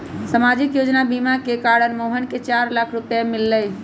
सामाजिक बीमा के कारण मोहन के चार लाख रूपए मिल लय